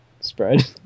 spread